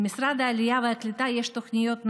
למשרד העלייה והקליטה יש תוכניות נהדרות,